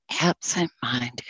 absent-minded